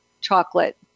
Chocolate